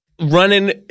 Running